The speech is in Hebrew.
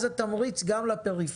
אז זה תמריץ גם לפריפריה.